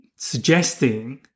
suggesting